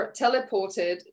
teleported